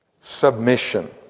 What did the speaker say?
submission